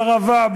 בערבה,